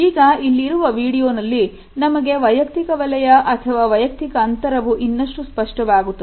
ಈಗ ಇಲ್ಲಿರುವ ವಿಡಿಯೋನಲ್ಲಿ ನಮಗೆ ವಯಕ್ತಿಕ ವಲಯ ಅಥವಾ ವೈಯಕ್ತಿಕ ಅಂತರವು ಇನ್ನಷ್ಟು ಸ್ಪಷ್ಟವಾಗುತ್ತದೆ